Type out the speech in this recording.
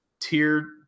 tier